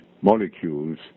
molecules